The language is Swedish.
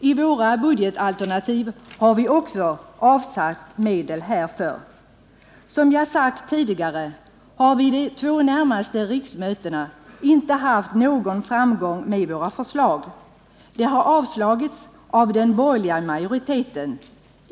I våra budgetalternativ har vi också avsatt medel Som jag har sagt tidigare har vi vid de två senaste riksmötena inte haft någon framgång med våra förslag. De har avslagits av den borgerliga majoriteten.